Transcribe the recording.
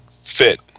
fit